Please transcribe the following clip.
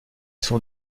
sont